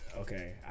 okay